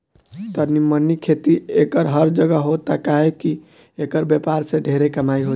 तनी मनी खेती एकर हर जगह होता काहे की एकर व्यापार से ढेरे कमाई होता